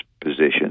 position